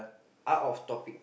out of topic